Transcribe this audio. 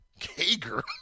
Kager